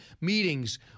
meetings